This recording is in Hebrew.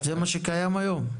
זה מה שקיים היום?